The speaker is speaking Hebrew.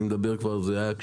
אני מדבר זה היה,